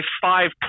five